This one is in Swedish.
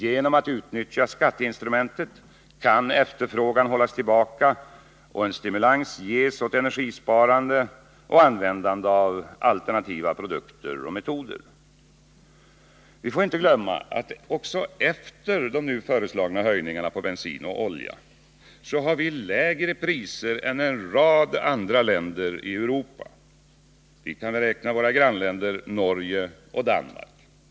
Genom att utnyttja skatteinstrumentet kan vi hålla efterfrågan tillbaka och ge en stimulans åt energisparande och användande av alternativa produkter och metoder. Vi får inte glömma att också efter de nu föreslagna höjningarna på bensin och olja har vi lägre priser än en rad andra länder i Europa — och dit kan vi räkna våra grannländer Norge och Danmark.